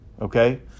okay